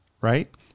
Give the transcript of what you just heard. right